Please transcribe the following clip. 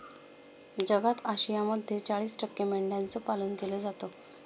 जगात आशियामध्ये चाळीस टक्के मेंढ्यांचं पालन केलं जातं